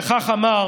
וכך אמר